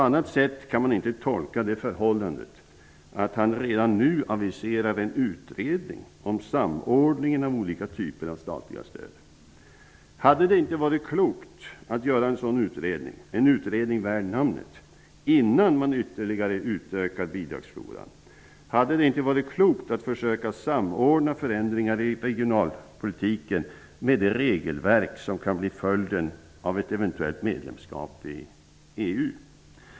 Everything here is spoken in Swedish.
Man kan inte tolka det förhållandet att han redan nu aviserar en utredning om samordningen av olika typer av statliga stöd på annat sätt. Hade det inte varit klokt att göra en sådan utredning -- en utredning värd namnet -- innan man utökade bidragsfloran ytterligare? Hade det inte varit klokt att försöka samordna förändringar i regionalpolitiken med det regelverk som kan bli följden av ett eventuellt medlemskap i EU?